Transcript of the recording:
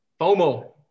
FOMO